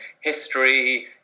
history